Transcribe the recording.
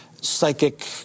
psychic